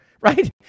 right